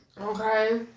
Okay